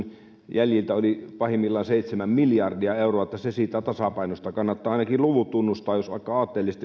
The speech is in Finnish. jäljiltä oli seitsemän miljardia euroa niin että se siitä tasapainosta kannattaa ainakin luvut tunnustaa jos vaikka aatteellisesti